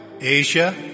Asia